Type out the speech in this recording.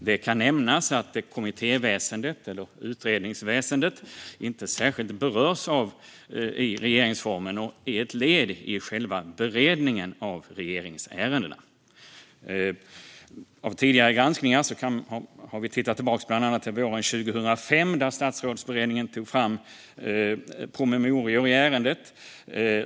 Det kan nämnas att kommittéväsendet eller utredningsväsendet inte särskilt berörs i regeringsformen och är ett led i själva beredningen av regeringsärendena. Statsrådsberedningen tog våren 2005 fram promemorior i ärendet.